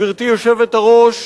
גברתי היושבת-ראש,